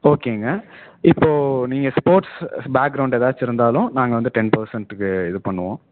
ஓகேங்க இப்போ நீங்கள் ஸ்போர்ட்ஸு பேக்ரவுண்ட் ஏதாச்சு இருந்தாலும் நாங்கள் வந்து டென் பெர்சண்ட்டுக்கு இது பண்ணுவோம்